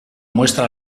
muestra